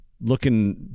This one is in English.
looking